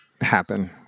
happen